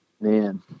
Man